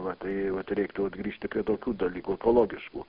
va tai vat reiktų vat grįžti prie tokių dalykų ekologiškų